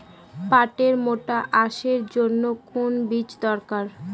পাটের মোটা আঁশের জন্য কোন বীজ দরকার?